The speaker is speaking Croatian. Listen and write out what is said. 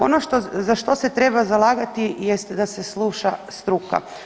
Ono za što se treba zalagati jest da se sluša struka.